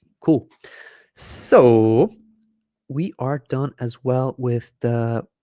cool so we are done as well with the